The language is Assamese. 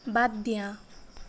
বাদ দিয়া